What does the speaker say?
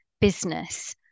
business